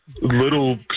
little